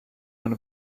one